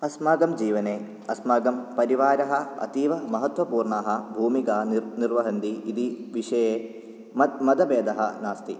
अस्माकं जीवने अस्मकं परिवारः अतीवमहत्वपूर्णाः भूमिकान् निर्वहन्ति इदि विषये मत् मतभेदः नास्ति